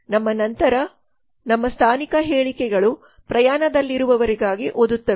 ನಮ್ಮ ನಂತರ ನಮ್ಮ ಸ್ಥಾನಿಕ ಹೇಳಿಕೆಗಳು ಪ್ರಯಾಣದಲ್ಲಿರುವವರಿಗಾಗಿ ಓದುತ್ತವೆ